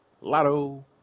Lotto